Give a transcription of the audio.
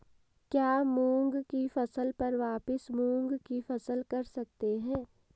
क्या मूंग की फसल पर वापिस मूंग की फसल कर सकते हैं?